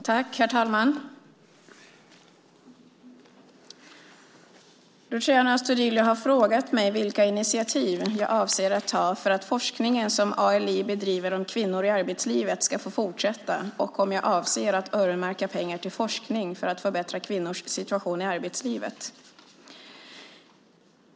Herr talman! Luciano Astudillo har frågat mig vilka initiativ jag avser att ta för att forskningen som ALI bedriver om kvinnor i arbetslivet ska få fortsätta och om jag avser att öronmärka pengar till forskning för att förbättra kvinnors situation i arbetslivet.